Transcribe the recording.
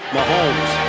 Mahomes